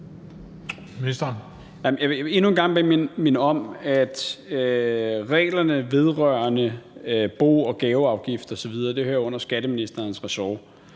Jeg vil endnu en gang minde om, at reglerne vedrørende bo- og gaveafgift osv. hører under skatteministerens ressort,